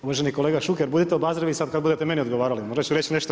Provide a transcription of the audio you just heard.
Uvaženi kolega Šuker, budite obazrivi sada kada budete meni odgovarali, možda ću reći nešto.